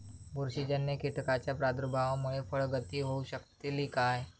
बुरशीजन्य कीटकाच्या प्रादुर्भावामूळे फळगळती होऊ शकतली काय?